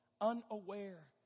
unaware